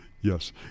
Yes